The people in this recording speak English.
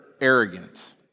arrogant